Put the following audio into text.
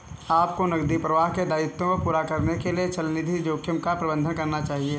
आपको नकदी प्रवाह के दायित्वों को पूरा करने के लिए चलनिधि जोखिम का प्रबंधन करना चाहिए